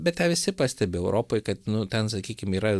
bet tą visi pastebi europoj kad nu ten sakykim yra